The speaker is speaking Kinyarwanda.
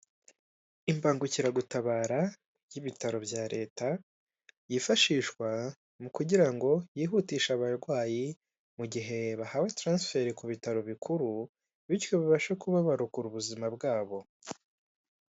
Imbangukiragutabara y'ibitaro bya leta, yifashishwa mu kugira ngo yihutishe abarwayi mu gihe bahawe taransiferi ku bitaro bikuru, bityo bibashe kuba barokora ubuzima bwabo.